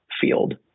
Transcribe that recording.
field